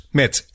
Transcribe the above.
met